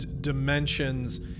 dimensions